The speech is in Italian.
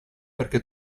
perché